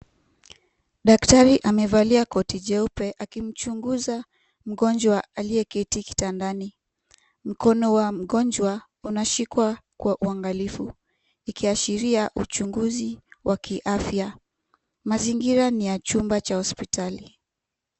Daktari amevalia koti jeupe akimchunguza mgonjwa aliyeketi kitandani .Mkono wa mgonjwa unashikwa kwa uangalifu ikiashiria uchunguzi wa kiafya ,mazingira ni ya chumba cha hospitali.